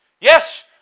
Yes